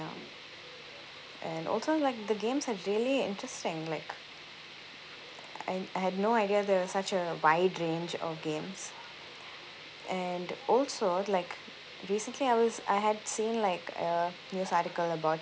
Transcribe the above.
and also like the games are really interesting like and I had no idea there are such a wide range of games and also like recently I was I had seen like a news article about